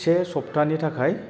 से सप्तानि थाखाय